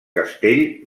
castell